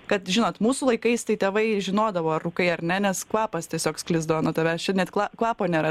kad žinot mūsų laikais tai tėvai žinodavo rūkai ar ne nes kvapas tiesiog sklisdavo nuo tavęs čia net kva kvapo nėra